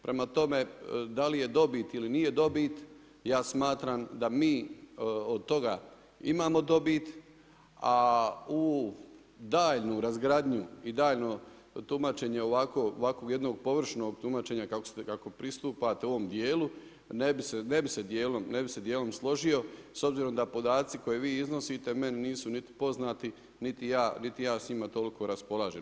Prema tome, da li je dobit ili nije dobit, ja smatram, da mi od toga imamo dobit, a u daljnju razgradnju i daljnje tumačenje ovako jednog površnog tumačenja kako pristupate ovom dijelu, ne bi se djelom složio, s obzirom da podaci koje vi iznosite meni nisu poznati, niti ja s njima toliko raspolažem.